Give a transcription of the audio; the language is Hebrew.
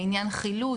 לעניין חילוט,